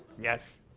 yes